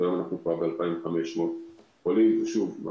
והיום אנחנו כבר ב-2,500 חולים מה